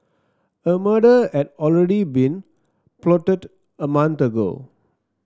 a murder had already been plotted a month ago